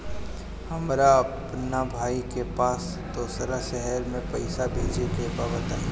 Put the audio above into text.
हमरा अपना भाई के पास दोसरा शहर में पइसा भेजे के बा बताई?